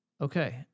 Okay